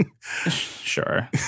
sure